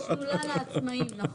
אתה שדולה לעצמאים, נכון?